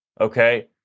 okay